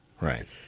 Right